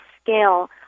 scale